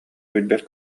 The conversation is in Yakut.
билбэт